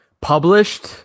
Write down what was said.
Published